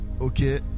Okay